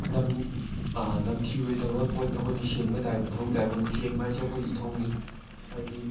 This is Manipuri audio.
ꯅꯝꯊꯤꯔꯣꯏꯗꯅꯕ ꯄꯣꯠ ꯑꯩꯈꯣꯏꯅ ꯁꯦꯡꯕ ꯇꯥꯏ ꯃꯊꯧ ꯇꯥꯏ ꯑꯩꯈꯣꯏꯅ ꯁꯦꯡꯕ ꯍꯥꯏꯁꯦ ꯑꯩꯈꯣꯏꯒꯤ ꯏꯊꯧꯅꯤ ꯍꯥꯏꯕꯗꯤ